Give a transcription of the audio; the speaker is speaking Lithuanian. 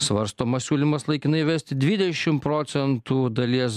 svarstomas siūlymas laikinai įvesti dvidešim procentų dalies